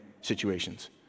situations